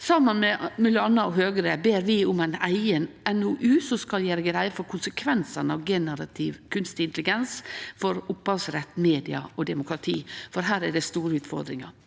Saman med m.a. Høgre ber vi om ei eiga NOU som skal gjere greie for konsekvensane av generativ kunstig intelligens for opphavsrett, media og demokrati, for her er det store utfordringar.